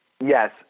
yes